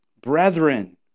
brethren